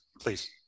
please